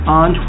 on